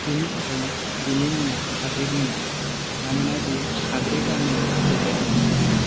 बेनि थाखायनो बेनि मुङा हागरि दैमा मानोना बियो हागरि गामि गेजेरजों बोहैलाङो